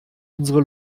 unsere